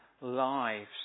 lives